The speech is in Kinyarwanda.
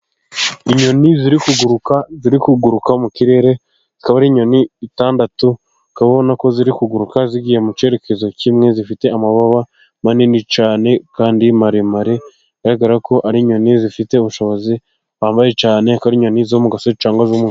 Inyoni ziri kuguruka, ziri kuguruka mu kirere, zikaba inyoni esheshatu, ukabona ko ziri kuguruka zigiye mu cyerekezo kimwe, zifite amababa manini cyane kandi maremare, bigaragara ko ari inyoni zifite ubushobozi buhambaye, cyane ko ari inyoni zo mu gasozi cyangwa .